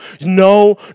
no